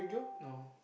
no